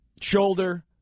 shoulder